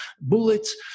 bullets